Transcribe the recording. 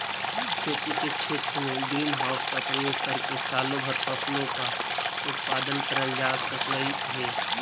खेती के क्षेत्र में ग्रीन हाउस का प्रयोग करके सालों भर फसलों का उत्पादन करल जा सकलई हे